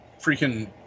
freaking